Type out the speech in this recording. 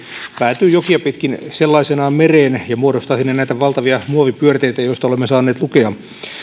päätyy jokia pitkin sellaisenaan mereen ja muodostaa sinne näitä valtavia muovipyörteitä joista olemme saaneet lukea